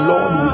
Lord